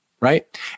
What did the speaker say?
right